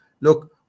look